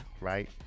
right